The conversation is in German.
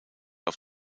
auf